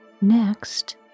Next